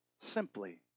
simply